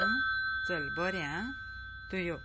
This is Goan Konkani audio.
आं चल बरें आं तूं यो